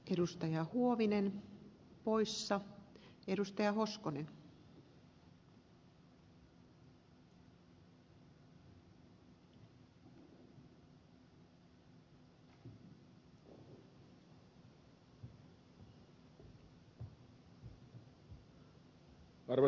arvoisa rouva puhemies